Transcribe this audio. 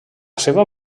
seva